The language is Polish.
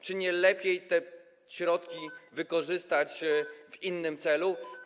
Czy nie lepiej te środki wykorzystać w innym celu?